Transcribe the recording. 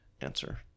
answer